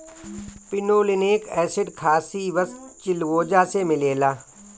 pinolenic acid खासी बस चिलगोजा से मिलेला